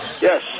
Yes